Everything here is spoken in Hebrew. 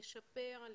לשפר,